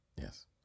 Yes